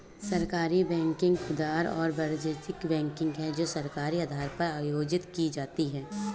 सहकारी बैंकिंग खुदरा और वाणिज्यिक बैंकिंग है जो सहकारी आधार पर आयोजित की जाती है